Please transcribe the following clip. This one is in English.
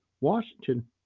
Washington